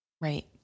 Right